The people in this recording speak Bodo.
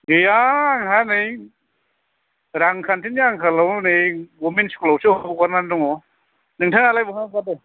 गैया आंहा नै रांखान्थिनि आंखालाव नै गभारमेन्त स्कुलाव सो हगारनानै दङ नोंथाङा लाय बहा हगारदों